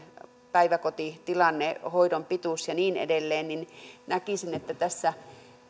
päiväkotitilanne hoidon pituus ja niin edelleen näkisin että tässä